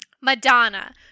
Madonna